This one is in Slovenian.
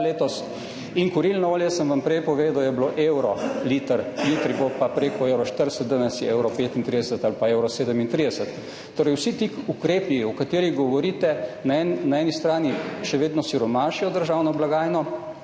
letos, kurilno olje, sem vam prej povedal, je bilo 1 evro liter, jutri bo pa preko 1,40 evra, danes je 1,35 ali pa 1,37 evra. Torej vsi ti ukrepi, o katerih govorite, na eni strani še vedno siromašijo državno blagajno.